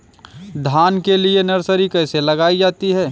धान के लिए नर्सरी कैसे लगाई जाती है?